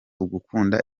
ugukunda